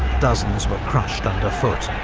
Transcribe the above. dozens were crushed underfoot.